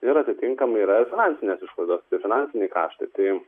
ir atitinkamai yra ir finansinės išlaidos tie finansiniai kaštai tai